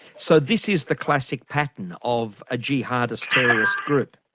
so this is the classic pattern of a jihadist terrorist group?